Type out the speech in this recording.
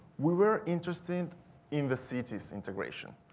we were interested in the city's integration.